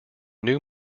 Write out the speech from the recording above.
new